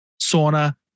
sauna